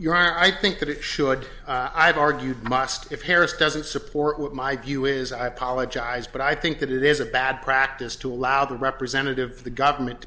your i think that it should i have argued must be paris doesn't support what my view is i apologize but i think that it is a bad practice to allow the representative of the government to